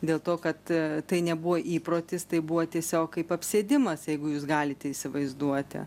dėl to kad tai nebuvo įprotis tai buvo tiesiog kaip apsėdimas jeigu jūs galite įsivaizduoti